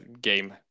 game